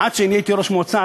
עד שנהייתי ראש מועצה,